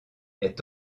est